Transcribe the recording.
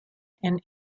and